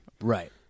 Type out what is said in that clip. right